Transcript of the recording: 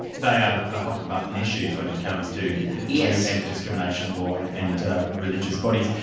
they are the hot and button issues, when it comes to yeah anti-discrimination law and religious bodies.